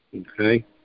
okay